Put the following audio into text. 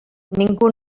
ningú